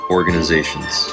Organizations